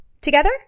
together